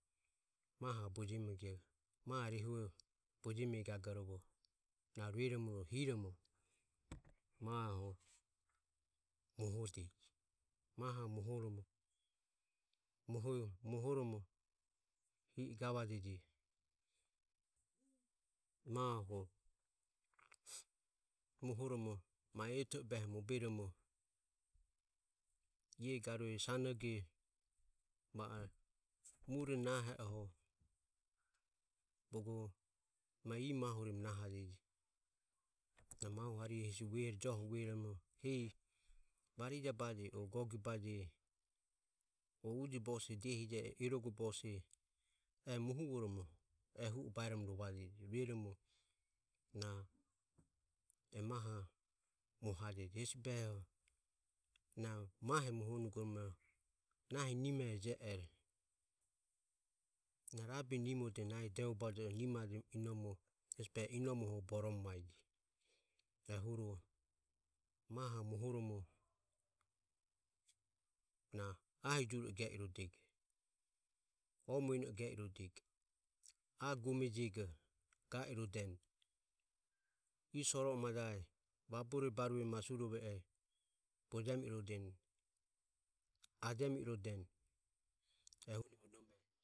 Mahoho bojemije, mahu rehue bojeme gagorovo na rueromo hiromo mahoho moho iro. Mahoho mohoromo hi i gavajeje mahoho mohoromo ma eto e behe mohoromo iae garue sanoge va o mure nahe oho bogo ma ie mahuremu naho iron a mahu harihu hesi joho vuehorovoromo hehi varija baje o gogie baje o ujo bose diehi je e erogo bose eho muhuvoromo ehu o baeromo rovajeji rueromo na e mahoho mohajeje hesi behoho na maho moho nugoromo nahi nimero je ero na rabe nimode nahi de vovo bajero nmaje inomoho e inomoho boromo mae je ehuro maho mohoromo na ahie jure ge irodego. o mueno e ge irodego. ie gomego ga irodeni. ie soroe majae. vabore barue masurove e bojemi irodeni. ajemi irodeni. ehunivo nome.